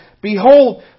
...Behold